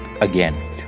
again